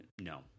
No